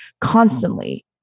constantly